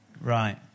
Right